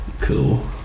Cool